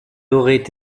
aurait